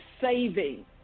saving